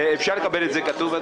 אדוני, אפשר לקבל את זה כתוב?